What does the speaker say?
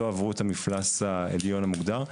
לא עברו את מפלס העליון המוגדר,